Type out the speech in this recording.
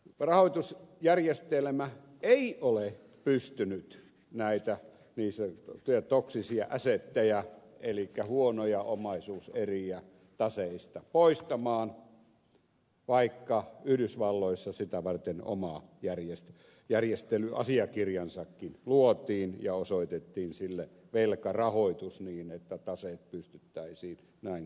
ensinnäkin rahoitusjärjestelmä ei ole pystynyt näitä niin sanottuja toksisia assetteja elikkä huonoja omaisuuseriä taseista poistamaan vaikka yhdysvalloissa sitä varten oma järjestelyasiakirjansakin luotiin ja osoitettiin sille velkarahoitus niin että taseet pystyttäisiin näin korjaamaan